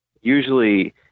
usually